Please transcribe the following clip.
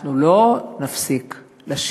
אנחנו לא נפסיק לשיר.